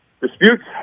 disputes